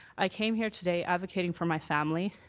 i came here today advocating for my family.